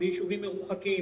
ביישובים מרוחקים,